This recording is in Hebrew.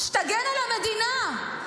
שתגן על המדינה.